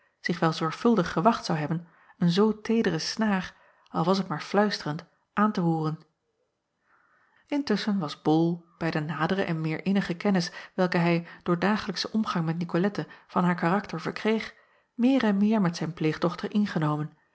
zich wel zorgvuldig gewacht zou hebben acob van ennep laasje evenster delen een zoo teedere snaar al was t maar fluisterend aan te roeren ntusschen was ol bij de nadere en meer innige kennis welke hij door dagelijkschen omgang met icolette van haar karakter verkreeg meer en meer met zijn pleegdochter ingenomen